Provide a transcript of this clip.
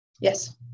Yes